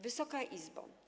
Wysoka Izbo!